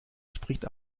spricht